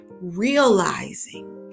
realizing